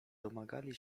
domagali